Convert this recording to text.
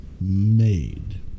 made